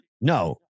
No